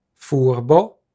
furbo